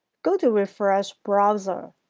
go to refresh browser,